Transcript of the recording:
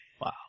Wow